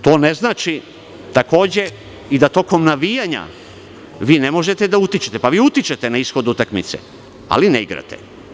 Takođe, ne znači da tokom navijanja vi ne možete da utičete, pa vi utičete na ishod utakmice, ali ne igrate.